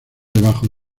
debajo